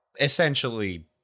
essentially